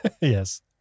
Yes